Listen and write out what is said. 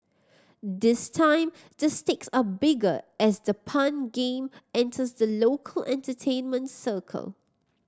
this time the stakes are bigger as the pun game enters the local entertainment circle